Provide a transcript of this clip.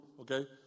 okay